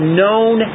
known